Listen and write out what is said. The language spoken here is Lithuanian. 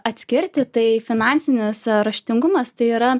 atskirti tai finansinis raštingumas tai yra